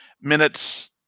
minutes